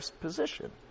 position